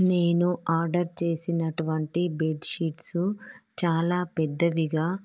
నేను ఆర్డర్ చేసినటువంటి బెడ్షీట్స్ చాలా పెద్దవిగా